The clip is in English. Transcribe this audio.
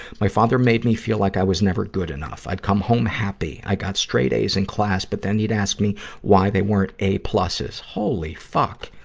my father made me feel like i was never good enough. i'd come home happy. i got straight as in class, but then he'd ask me why they weren't a plus s. holy fuck!